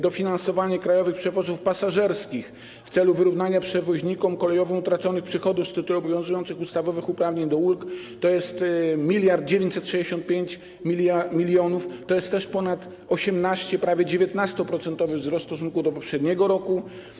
Dofinansowanie krajowych przewozów pasażerskich w celu wyrównania przewoźnikom kolejowym utraconych przychodów z tytułu obowiązujących ustawowych uprawnień do ulg to jest 1965 mln, to jest też ponad 18-procentowy, prawie 19-procentowy wzrost w stosunku do poprzedniego roku.